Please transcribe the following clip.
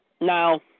now